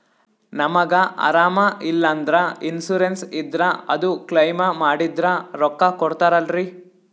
ನಮಗ ಅರಾಮ ಇಲ್ಲಂದ್ರ ಇನ್ಸೂರೆನ್ಸ್ ಇದ್ರ ಅದು ಕ್ಲೈಮ ಮಾಡಿದ್ರ ರೊಕ್ಕ ಕೊಡ್ತಾರಲ್ರಿ?